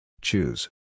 Choose